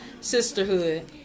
sisterhood